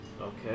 Okay